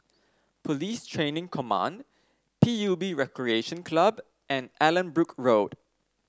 Police Training Command P U B Recreation Club and Allanbrooke Road